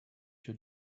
your